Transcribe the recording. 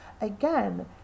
again